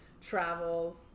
travels